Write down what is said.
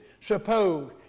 Suppose